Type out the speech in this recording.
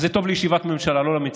אז זה טוב לישיבת ממשלה, לא למציאות.